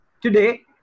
Today